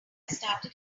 started